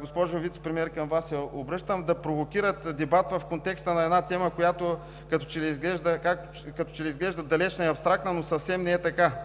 госпожо Вицепремиер, към Вас се обръщам, да провокират дебат в контекста на една тема, която като че ли изглежда далечна и абстрактна, но съвсем не е така.